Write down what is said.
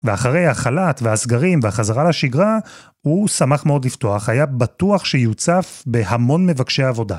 ואחרי ההחלט והסגרים והחזרה לשגרה הוא שמח מאוד לפתוח, היה בטוח שיוצף בהמון מבקשי עבודה.